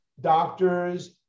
doctors